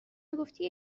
میگفتی